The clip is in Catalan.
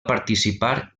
participar